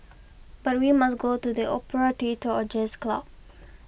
but we must go to the opera theatre or jazz club